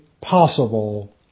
possible